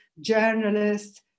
journalists